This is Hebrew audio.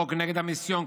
"חוק נגד המיסיון,